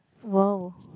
!wow!